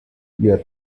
your